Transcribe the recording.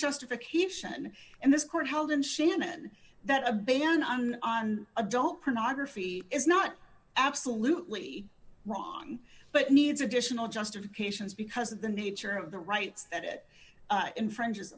justification and this court held in shannon that a ban on on adult pornography is not absolutely wrong but needs additional justifications because of the nature of the rights that it infring